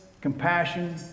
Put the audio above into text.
compassion